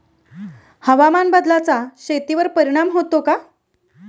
हवामान बदलाचा शेतीवर परिणाम होतो का?